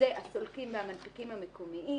אלה הם הסולקים המנפיקים המקומיים.